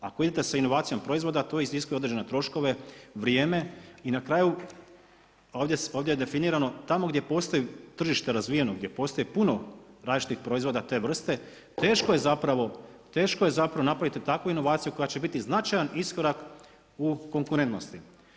Ako idete sa inovacijom proizvoda, to iziskuje određene troškove, vrijeme i na kraju, ovdje je definirano, tamo gdje postoje tržište razvijeno, gdje postoji puno različitih proizvoda te vrste, teško je zapravo napraviti takvu inovaciju koja će biti značajan iskorak u konkurentnosti.